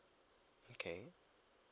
okay